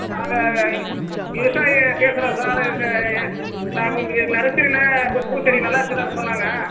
நாங்கள் இ விவசாயி பேசுகிறோம் சார் இது நாங்கள் உங்கள் இது நரசரியில் ப பூச்செடி நல்லா இருக்குதுன்னு சொன்னாங்க